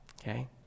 okay